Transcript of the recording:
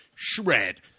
Shred